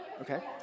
Okay